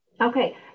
Okay